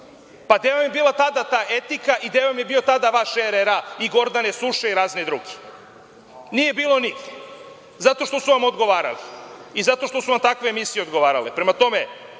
Pa gde vam je bila tada ta etika i gde vam je tada bio vaš RRA i Gordane Suše i razni drugi? Nije bilo nigde, zato što su vam odgovarali i zato što su vam takve emisije odgovarale. Prema tome,